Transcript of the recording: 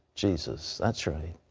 jesus. thats right.